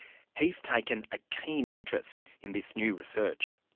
he's taken a keen interest in this new research.